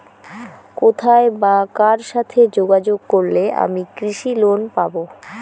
কোথায় বা কার সাথে যোগাযোগ করলে আমি কৃষি লোন পাব?